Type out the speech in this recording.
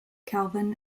calvin